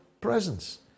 presence